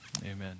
Amen